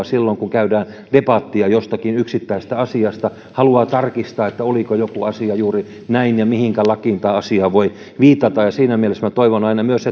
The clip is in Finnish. silloin kun käydään debattia jostakin yksittäisestä asiasta haluaa tarkistaa oliko joku asia juuri näin ja mihinkä lakiin tai asiaan voi viitata siinä mielessä toivon aina myös